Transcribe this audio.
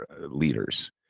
leaders